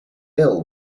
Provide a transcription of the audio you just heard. ill